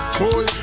boy